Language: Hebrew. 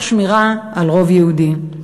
תוך שמירה על רוב יהודי.